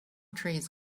trees